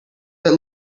that